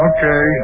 Okay